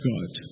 God